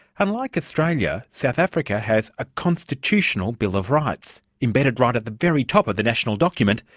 unlike australia, south africa has a constitutional bill of rights. embedded right at the very top of the national document,